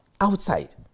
outside